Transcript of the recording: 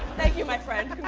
thank you, my friend.